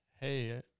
hey